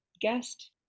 guest